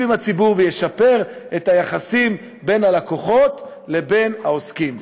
עם הציבור וישפר את היחסים בין הלקוחות לבין העוסקים.